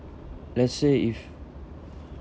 let's say if